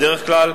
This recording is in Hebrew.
בדרך כלל,